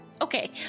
Okay